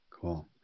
Cool